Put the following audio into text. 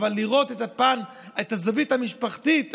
אבל לראות את הזווית המשפחתית,